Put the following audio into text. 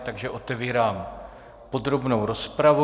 Takže otevírám podrobnou rozpravu.